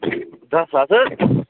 دَہ ساس